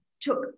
took